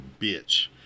bitch